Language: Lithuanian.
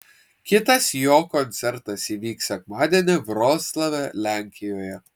kitas jo koncertas įvyks sekmadienį vroclave lenkijoje